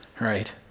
Right